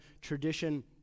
tradition